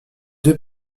deux